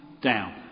down